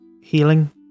healing